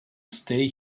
stay